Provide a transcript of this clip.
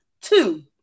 two